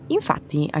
Infatti